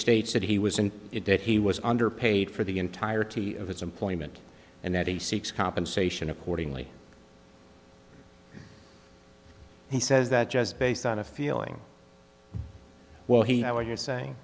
states that he was in it that he was under paid for the entirety of his employment and that he seeks compensation accordingly he says that just based on a feeling well he where you're saying